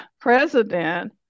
president